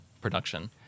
production